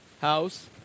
house